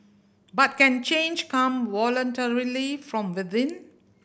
but can change come voluntarily from within